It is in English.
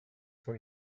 for